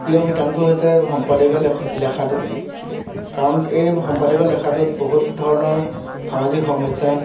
প্ৰিয় শিতানটো হৈছে সম্পাদকীয় লে লেখাটো কাৰণ এই সম্পাদকীয় লেখাটোত বহুত ধৰণৰ সামাজিক সমস্যা